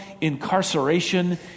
incarceration